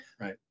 right